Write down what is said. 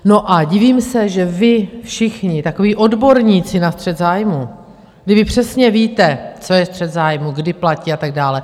No a divím se, že vy všichni, takoví odborníci na střet zájmů, kdy vy přesně víte, co je střet zájmů, kdy platí a tak dále.